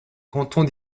cantons